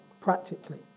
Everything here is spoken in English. practically